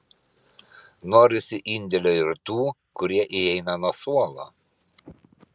norisi indėlio ir tų kurie įeina nuo suolo